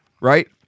Right